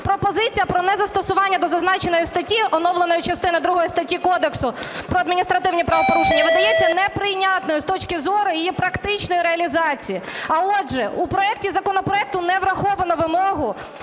пропозиція про незастосування до зазначеної статті, оновленої частини другої статті Кодексу про адміністративні правопорушення, видається неприйнятною з точки зору її практичної реалізації, а отже у проекті законопроекту не враховано вимогу